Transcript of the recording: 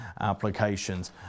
applications